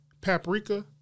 paprika